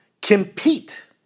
compete